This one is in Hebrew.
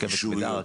רכבת כבדה,